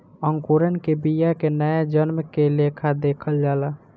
अंकुरण के बिया के नया जन्म के लेखा देखल जाला